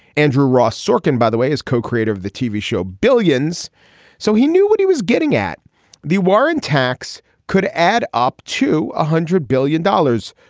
andrew ross sorkin by the way is co creator of the tv show billions so he knew what he was getting at the warren tax could add up to a hundred billion dollars.